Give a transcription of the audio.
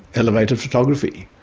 elevated photography.